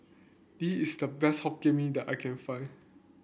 this is the best Hokkien Mee that I can find